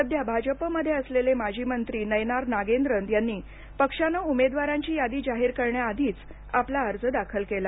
सध्या भाजपमध्ये असलेले माजी मंत्री नैनार नागेंद्रन यांनी पक्षानं उमेदवारांची यादी जाहीर करण्याआधीच आपला अर्ज दाखल केला